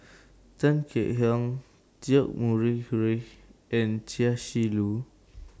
Tan Kek Hiang George Murray Reith and Chia Shi Lu